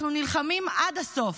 אנחנו נלחמים עד הסוף.